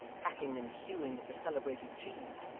hacking and hewing at the celebrated cheese,